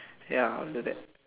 ya I'll do that